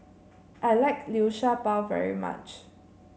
I like Liu Sha Bao very much